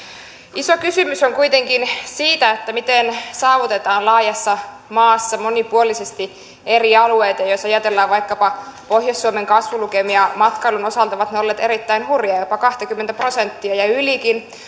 iso kysymys on kuitenkin se miten saavutetaan laajassa maassa monipuolisesti eri alueita jos ajatellaan vaikkapa pohjois suomen kasvulukemia matkailun osalta ne ovat olleet erittäin hurjia jopa kahtakymmentä prosenttia ja ylikin